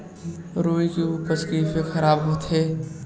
रुई के उपज कइसे खराब होथे?